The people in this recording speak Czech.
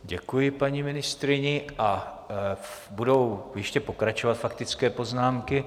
Děkuji paní ministryni a budou ještě pokračovat faktické poznámky.